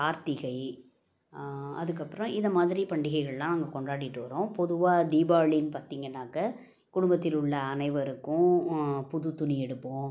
கார்த்திகை அதுக்கப்புறம் இதை மாதிரி பண்டிகைகள்லாம் நாங்கள் கொண்டாடிகிட்டு வரோம் பொதுவாக தீபாவளின்னு பார்த்தீங்கன்னாக்க குடும்பத்தில் உள்ள அனைவருக்கும் புது துணி எடுப்போம்